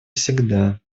всегда